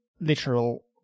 literal